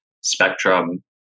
spectrum